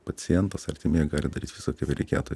pacientas artimieji gali daryt visa kaip reikėtų